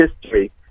history